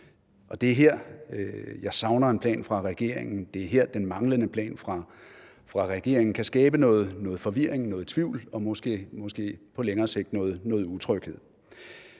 Det er her, jeg savner en plan fra regeringen. Det er her, den manglende plan fra regeringen kan skabe nogen forvirring og tvivl og måske på længere sigt nogen utryghed.